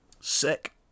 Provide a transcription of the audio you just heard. Sick